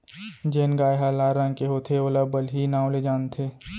जेन गाय ह लाल रंग के होथे ओला बलही नांव ले जानथें